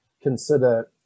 consider